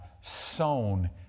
sown